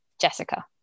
Jessica